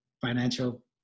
financial